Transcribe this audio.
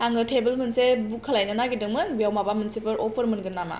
आङो टेबोल मोनसे बुक खालायनो नागिरदोंमोन बेयाव माबा मोनसेफोर अफार मोनगोन नामा